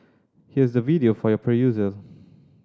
here's the video for your perusal